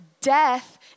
death